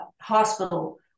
hospital